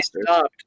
stopped